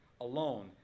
alone